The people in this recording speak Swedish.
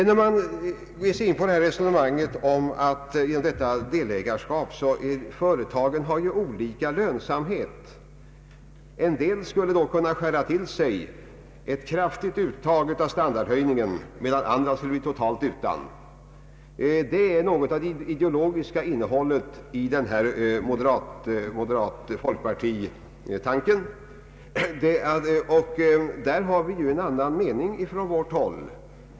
När man ger sig in på resonemanget om delägarskapet måste man komma ihåg att företagen har olika lönsamhet. En del skulle då kunna skära till sig en kraftig bit av standardhöjningen, medan andra skulle bli totalt utan. Detta är något av det ideologiska innehållet i denna moderat-folkpartitanke. Där har vi socialdemokrater en annan mening.